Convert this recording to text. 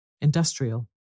Industrial